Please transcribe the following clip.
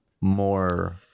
more